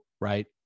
right